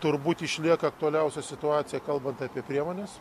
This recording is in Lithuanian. turbūt išlieka aktualiausia situacija kalbant apie priemones